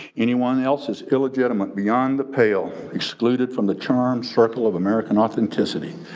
anyone else is illegitimate beyond the pale excluded from the charm circle of american authenticity.